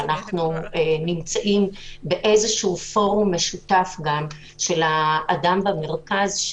שאנחנו נמצאים בפורום משותף של האדם במרכז,